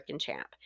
champ